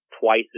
twice